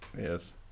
Yes